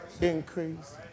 increase